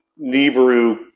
Nibiru